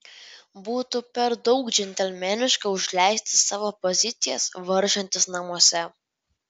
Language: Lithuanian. būtų per daug džentelmeniška užleisti savo pozicijas varžantis namuose